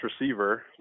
receiver